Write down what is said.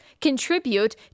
contribute